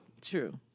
True